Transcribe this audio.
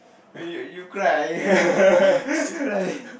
you you you cry you cry